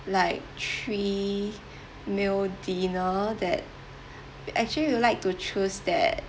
like three meal dinner that actually we will like to choose that